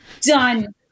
done